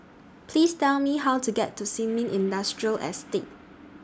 Please Tell Me How to get to Sin Ming Industrial Estate